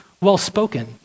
well-spoken